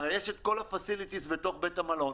הרי יש את כל השירותים בתוך בית המלון,